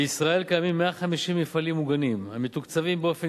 בישראל קיימים 150 מפעלים מוגנים המתוקצבים באופן